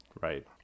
Right